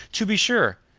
to be sure,